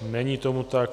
Není tomu tak.